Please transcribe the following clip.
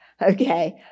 Okay